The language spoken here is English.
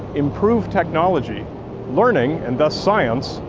improve technology learning, and thus science,